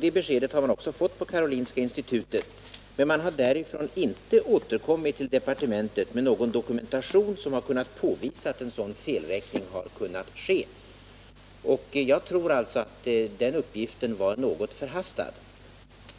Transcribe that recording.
Det beskedet har man också fått vid Karolinska institutet, men institutet har inte återkommit till departementet med någon dokumentation, där det påvisas att en sådan felräkning skett. Jag tror därför att uppgiften om felräkningen var något förhastad.